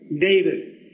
David